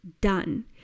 done